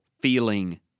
feeling